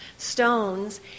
Stones